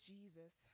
Jesus